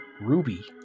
Ruby